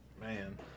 man